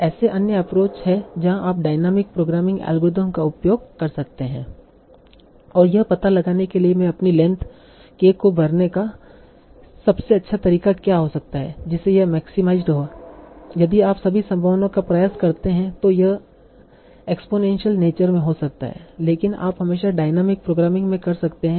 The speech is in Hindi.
ऐसे अन्य एप्रोच हैं जहां आप डायनामिक प्रोग्रामिंग अल्गोरिथम का उपयोग कर सकते हैं यह पता लगाने के लिए कि मैं अपनी लेंथ k को भरने का सबसे अच्छा तरीका क्या हो सकता है जिससे यह मैक्सीमाईड हो यदि आप सभी संभावनाओं का प्रयास करते हैं तो यह एक्सपोनेंशियल नेचर में हो सकता है लेकिन आप हमेशा डायनामिक प्रोग्रामिंग में कर सकते है